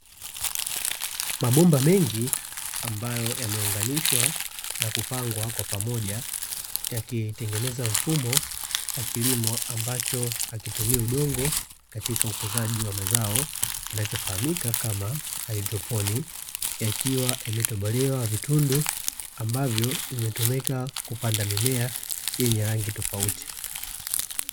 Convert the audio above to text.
Mabomba mengi ambayo yameunganishwa na kupangwa kwa pamoja yakitengeneza mfumo wa kilimo ambacho hakitumii udongo katika ukuzaji wa mazao kinachofahamika kama haidroponi yakiwa yametobolewa vitundu ambavyo vimetumika kupanda mimea yenye rangi tofauti.